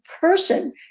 person